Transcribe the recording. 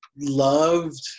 loved